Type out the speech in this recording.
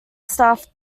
stuff